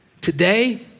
today